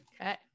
Okay